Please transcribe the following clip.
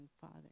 Father